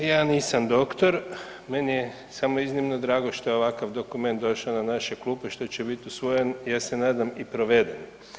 Ja nisam doktor, meni je samo iznimno drago što je ovakav dokument došao na naše klupe, što će biti usvojen, ja se nadam i proveden.